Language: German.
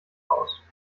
aus